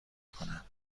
کنم